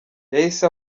yahise